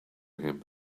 him